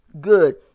Good